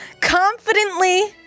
confidently